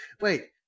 wait